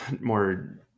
more